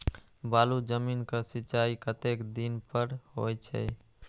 बालू जमीन क सीचाई कतेक दिन पर हो छे?